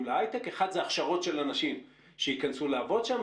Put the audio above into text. להיי-טק: אחד זה אחד הכשרות של אנשים שייכנסו לעבוד שם,